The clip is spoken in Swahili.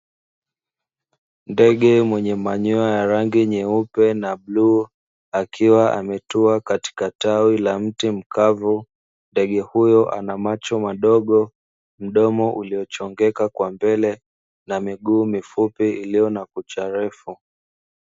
Ndege mwenye manyoya ya rangi nyeupe na bluu akiwa ametua katika tawi la mti mkavu, ndege huyo ana macho madogo, mdomo uliochongoka kwa mbele na miguu mifupi iliyo na kucha ndefu.